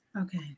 Okay